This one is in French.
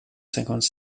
cinquante